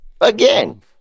again